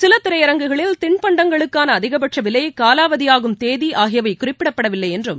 சில திரையரங்குகளில் தின்பண்டங்களுக்கான அதிகபட்ச விலை காலாவதியாகும் தேதி ஆகியவை குறிப்பிடப்படவில்லை என்றும்